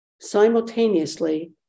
simultaneously